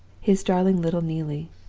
his darling little neelie